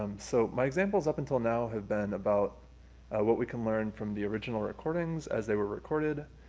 so my examples up until now have been about what we can learn from the original recordings as they were recorded,